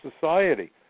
society